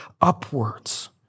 upwards